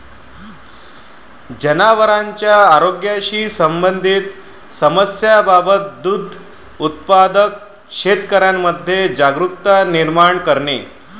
जनावरांच्या आरोग्याशी संबंधित समस्यांबाबत दुग्ध उत्पादक शेतकऱ्यांमध्ये जागरुकता निर्माण करणे